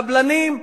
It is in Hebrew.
לקבלנים,